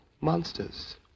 monsters